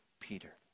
Peter